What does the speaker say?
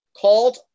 called